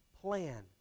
plan